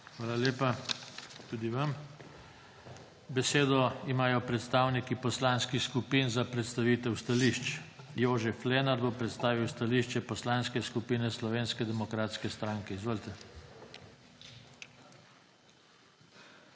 Hvala lepa tudi vam. Besedo imajo predstavniki poslanskih skupin za predstavitev stališč. Jožef Lenart bo predstavil stališče Poslanske skupine Slovenske demokratske stranke. Izvolite.